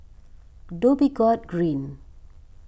Dhoby Ghaut Green